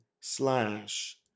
slash